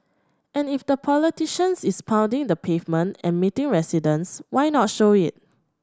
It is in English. and if the politician is pounding the pavement and meeting residents why not show it